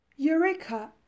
Eureka